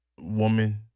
woman